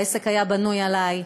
העסק היה בנוי עלי.